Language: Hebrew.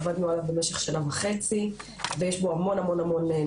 עבדנו עליו במשך שנה וחצי ויש בו המון נתונים.